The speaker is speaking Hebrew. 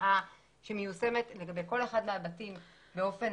שנקבעה ומיושמת לגבי כל אחד מהבתים באופן